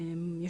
לא שעות,